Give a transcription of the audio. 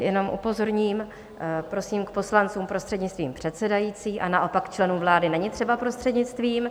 Jenom upozorním, prosím k poslancům prostřednictvím předsedající a naopak k členům vlády není třeba prostřednictvím.